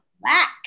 black